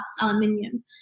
aluminium